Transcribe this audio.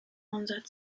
unser